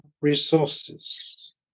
resources